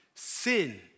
Sin